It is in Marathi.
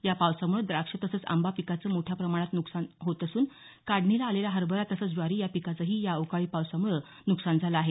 या पावसामुळे द्राक्ष तसंच आंबा पिकाचे मोठ्या प्रमाणात नुकसान होत असून काढणीला आलेला हरभरा तसेच ज्वारी या पिकांचेही या अवकाळी पावसामुळे नुकसान होत आहे